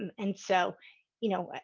and so you know,